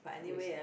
waste leh